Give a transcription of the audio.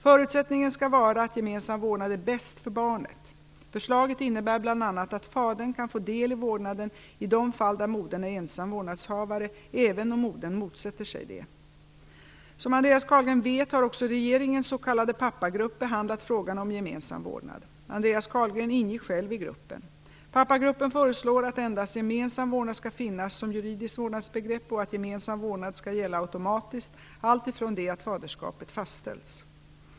Förutsättningen skall vara att gemensam vårdnad är bäst för barnet. Förslaget innebär bl.a. att fadern kan få del i vårdnaden i de fall där modern är ensam vårdnadshavare, även om modern motsätter sig det. Som Andreas Carlgren vet har också regeringens s.k. pappagrupp behandlat frågan om gemensam vårdnad ; Andreas Carlgren ingick själv i gruppen. Pappagruppen föreslår att endast gemensam vårdnad skall finnas som juridiskt vårdnadsbegrepp och att gemensam vårdnad skall gälla automatiskt alltifrån det att faderskapet fastställts.